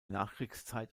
nachkriegszeit